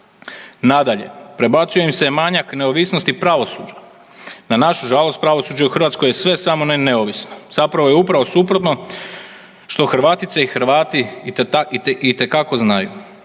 Nadalje, prebacuje im se manjak neovisnosti pravosuđa. Na našu žalost pravosuđe je u Hrvatskoj sve samo ne neovisno, zapravo je upravo suprotno što Hrvatice i Hrvati itekako znaju.